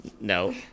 No